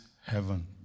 heaven